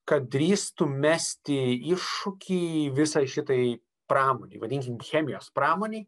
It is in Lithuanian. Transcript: kad drįstų mesti iššūkį visai šitai pramonei vadinkim chemijos pramonei